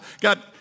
God